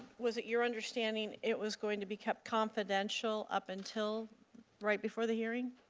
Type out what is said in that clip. was it your understanding, it was going to be kept confidential up until right before the hearing?